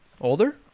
Older